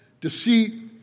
deceit